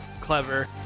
clever